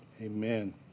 Amen